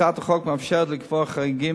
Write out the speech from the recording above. הצעת החוק מאפשרת לקבוע חריגים,